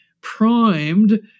primed